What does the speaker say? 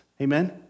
Amen